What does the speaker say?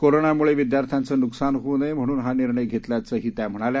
कोरोनामुळे विद्यार्थ्यांचं नूकसान होऊ नये म्हणून हा निर्णय घेतल्याचं त्यांनी सांगितलं